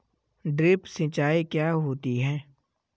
Drip सिंचाई क्या होती हैं?